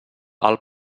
alt